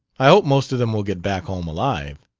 i hope most of them will get back home alive!